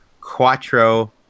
Quattro